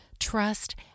trust